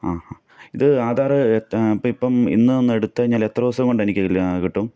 ആ ആ ഇത് ആധാർ അപ്പം ഇപ്പം ഇന്ന് വന്ന് എടുത്തു കഴിഞ്ഞാൽ എത്രദിവസം കൊണ്ട് എനിക്ക് കിട്ടും